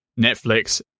Netflix